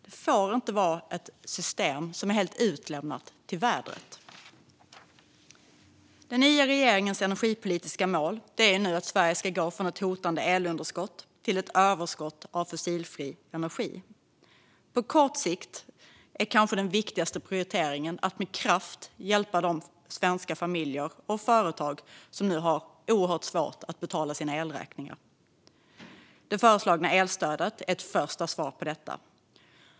Det får inte vara ett system som är helt utlämnat till vädret. Den nya regeringens energipolitiska mål är att Sverige ska gå från ett hotande elunderskott till ett överskott av fossilfri energi. På kort sikt är kanske den viktigaste prioriteringen att med kraft hjälpa de svenska familjer och företag som nu har oerhört svårt att betala sina elräkningar. Det föreslagna elstödet är ett första svar på detta.